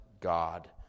God